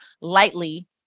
lightly